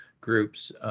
groups